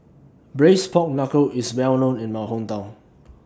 Braised Pork Knuckle IS Well known in My Hometown